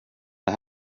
det